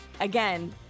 Again